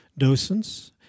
docents